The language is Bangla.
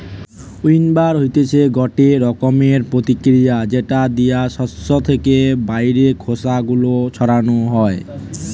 উইন্নবার হতিছে গটে রকমের প্রতিক্রিয়া যেটা দিয়ে শস্য থেকে বাইরের খোসা গুলো ছাড়ানো হয়